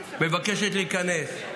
מבקשת להיכנס.